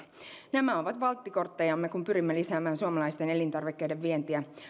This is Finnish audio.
nämä ovat valttikorttejamme kun pyrimme lisäämään suomalaisten elintarvikkeiden vientiä